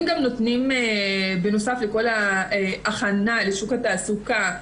בנוסף לכל ההכנה לשוק התעסוקה,